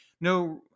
no